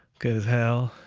good as hell,